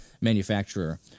manufacturer